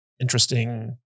interesting